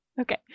Okay